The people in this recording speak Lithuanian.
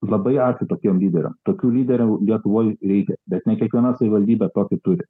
labai ačiū tokiem lyderiam tokių lyderių lietuvoj reikia bet ne kiekviena savivaldybė tokį turi